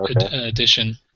edition